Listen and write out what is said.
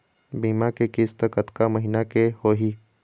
बीमा के किस्त कतका महीना के होही?